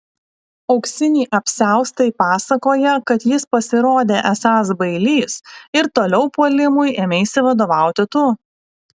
auksiniai apsiaustai pasakoja kad jis pasirodė esąs bailys ir toliau puolimui ėmeisi vadovauti tu